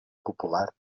popular